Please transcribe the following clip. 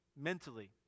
mentally